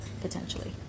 potentially